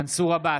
מנסור עבאס,